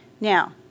Now